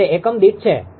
તે એકમ દીઠ છે